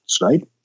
right